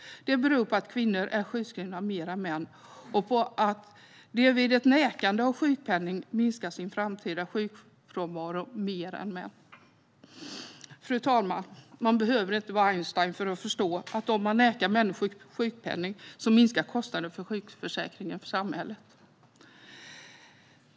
Det beror på att kvinnor är sjukskrivna mer än män och på att de vid ett nekande av sjukpenning minskar sin framtida sjukfrånvaro mer än män. Fru talman! Man behöver inte vara Einstein för att förstå att om man nekar människor sjukpenning minskar kostnaderna för sjukförsäkringen för samhället.